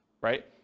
right